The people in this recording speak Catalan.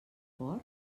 porc